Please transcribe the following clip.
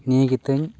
ᱱᱤᱭᱟᱹ ᱜᱮᱛᱤᱧ